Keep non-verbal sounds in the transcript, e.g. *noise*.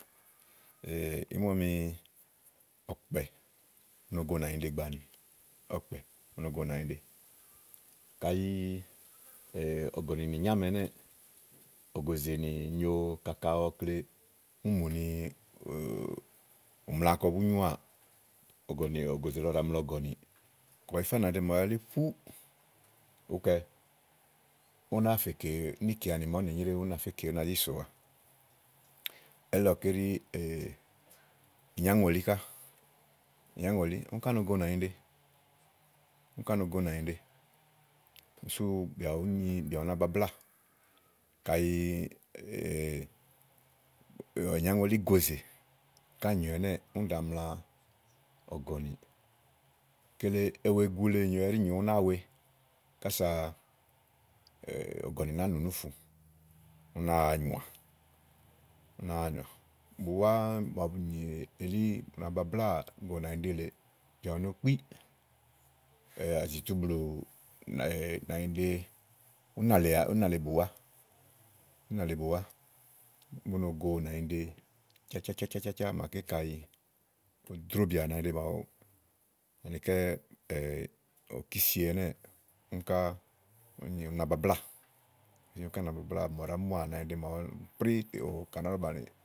*hesitation* ìí mu ɔmi ɔ̀kpɛ̀, u no so nànyiɖe gbàa áni, ɔ̀kpɛ̀ u no so nanyiɖe kayi ɔ̀gɔ̀ninì nyòo ámi ɛnɛ́ɛ̀ ògòzénì nyòo kaka ɔkle úni mù mla kɔ bú nyuà ɔ̀gɔ̀nì, ògòzè lɔ ɖàa ɔkle úni mù ú mla kɔ bú nyuà ɔ̀gɔ̀nì, ógòzè lɔ ɖàa mla ɔ̀gɔ̀nì kayi ù yifá nanyiɖe màawu elí pú ùú kɛ ú náa fè kè níìkeanì màa ú nèe nyréwu ú náa fè kè ú nàá zi sòwa elí lɔké ɛɖí ínyàŋòlí ká ìnyáŋòlí úni ká no go nànyiɖe, úni ká no go nànyiɖe sú bìà bùú nyi bìà u nababláà kàyi *hesitation* ìnyáŋà lí gòzé ká nyòo ɛnɛ́ɛ̀ úni ɖàa mla ɔ̀gɔ̀nì, kele ewegu le ɛɖí nyòo ú náa we kása ɔ̀gɔ̀nì nàáa nù núfùu ú náa nyùà, ú náa nyùà, bùwà búá màa bunyì elí nàababláá gonànyiɖe lèe bìà bù no kpí *hesitation* àzì tu blù nànyiɖe ùnà lèe bùwà, únà lèe bùwà, bú no go nànyiɖe cá cá cácá cá màaké kayi bù téwu bìà nànyiɖe màawu anikɛ́ òkísie ɛnɛ́ɛ̀ úni ká na babláà, úni ká na babláà màa ɔwɔ ɖàá muà nànyiɖe màawu prí tè ka á nà ɖɔ̀ bàni